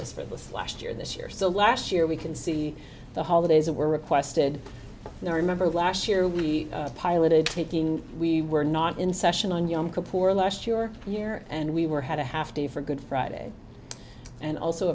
this for this last year this year so last year we can see the holidays were requested remember last year we piloted taking we were not in session on yom kapoor last year year and we were had a half day for good friday and also